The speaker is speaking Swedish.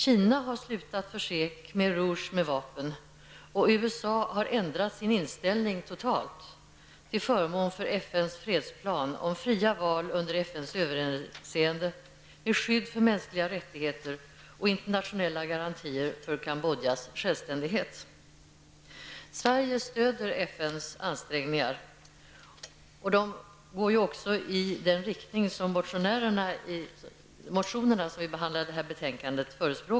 Kina har slutat förse Kmeh rouge med vapen och USA har ändrat sin inställning totalt till förmån för FNs fredsplan om fria val under FNs överinseende med skydd för mänskliga rättigheter och internationella garantier för Kambodjas självständighet. Sverige stöder FNs ansträngningar som också går i den riktning som förespråkas i den motion som behandlas i betänkandet.